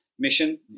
Mission